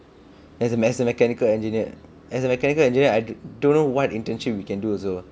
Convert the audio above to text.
as a mech mechanical engineer as a mechanical engineer I don't know what internship we can do also